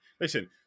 Listen